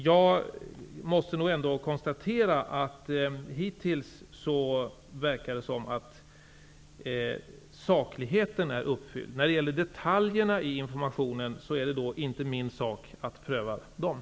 Jag måste ändå konstatera att det hittills verkar som om kravet på saklighet är uppfyllt. Det är inte min sak att pröva detaljerna i informationen.